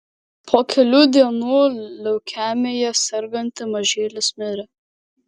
po kelių dienų leukemija serganti mažylis mirė